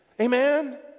Amen